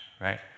right